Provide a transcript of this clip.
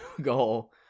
goal